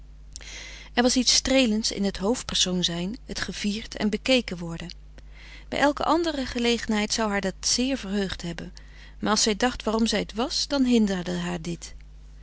er was iets streelends in het hoofd persoon zijn het gevierd en bekeken worden bij elke andere gelegenheid zou haar dat zeer verheugd hebben maar als zij dacht waarom zij t was dan hinderde haar dit